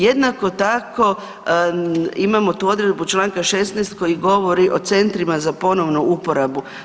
Jednako tako, imamo tu odredbu čl. 16 koji govori o centrima za ponovnu uporabu.